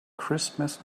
christmas